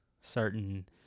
certain